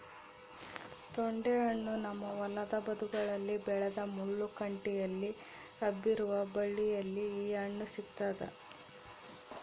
ತೊಂಡೆಹಣ್ಣು ನಮ್ಮ ಹೊಲದ ಬದುಗಳಲ್ಲಿ ಬೆಳೆದ ಮುಳ್ಳು ಕಂಟಿಯಲ್ಲಿ ಹಬ್ಬಿರುವ ಬಳ್ಳಿಯಲ್ಲಿ ಈ ಹಣ್ಣು ಸಿಗ್ತಾದ